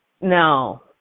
no